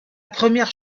première